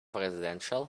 residential